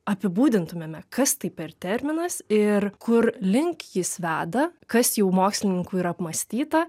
apibūdintumėme kas tai per terminas ir kur link jis veda kas jau mokslininkų yra apmąstyta